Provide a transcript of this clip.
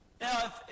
Now